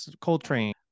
Coltrane